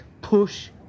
push